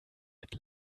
mit